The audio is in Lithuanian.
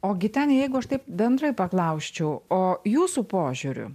o giteni jeigu aš taip bendrai paklausčiau o jūsų požiūriu